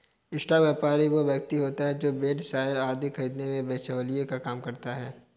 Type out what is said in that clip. stock व्यापारी वो व्यक्ति होता है जो शेयर बांड आदि खरीदने में बिचौलिए का काम करता है